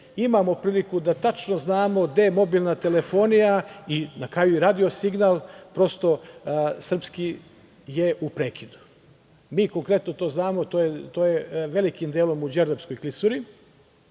imamo priliku da tačno znamo gde mobilna telefonija i na kraju radio signal prosto srpski je u prekidu. Mi konkretno to znamo, to je velikim delom u Đerdapskoj klisuri,